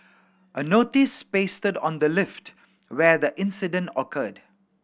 a notice pasted on the lift where the incident occurred